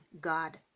God